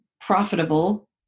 profitable